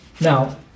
Now